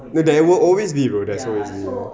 there will always be a road there will always be a road